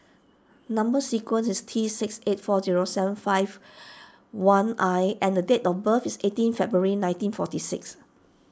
Number Sequence is T six eight four zero seven five one I and date of birth is eighteen February nineteen forty six